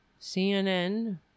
CNN